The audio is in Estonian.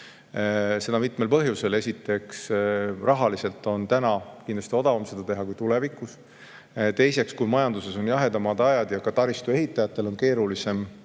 Seda mitmel põhjusel. Esiteks, rahaliselt on kindlasti praegu seda teha odavam kui tulevikus. Teiseks, kui majanduses on jahedamad ajad ja ka taristu ehitajatel on keerulisem,